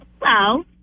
Hello